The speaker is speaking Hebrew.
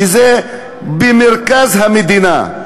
שזה במרכז המדינה,